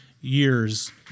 years